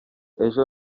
ejo